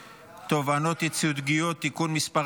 איננו,